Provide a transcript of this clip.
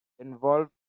involved